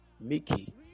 Mickey